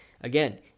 again